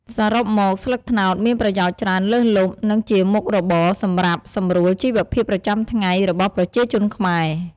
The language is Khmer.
សរុបមក ស្លឹកត្នោតមានប្រយោជន៍ច្រើនលើសលប់ និងជាមុខរបរសម្រាប់សម្រួលជីវភាពប្រចាំថ្ងៃរបស់ប្រជាជនខ្មែរ។